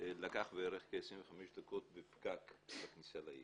לקח בערך כ-25 דקות בפקק בכניסה לעיר,